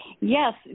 Yes